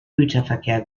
güterverkehr